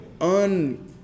un-